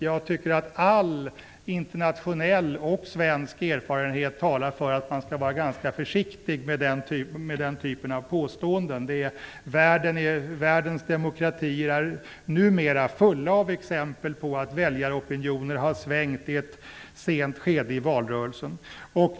Jag tycker att all internationell och svensk erfarenhet talar för att man skall vara ganska försiktig med den typen av påståenden. Världens demokratier är numera fulla av exempel på att väljaropinioner har svängt i ett sent skede i valrörelsen.